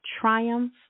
triumph